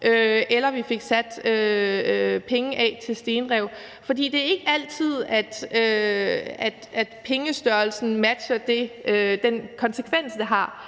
eller at vi fik sat penge af til stenrev. For det er ikke altid, at pengestørrelsen matcher den konsekvens, det har.